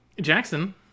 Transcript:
Jackson